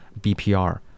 bpr